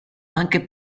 anche